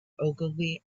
ogilvy